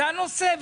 זה הנושא.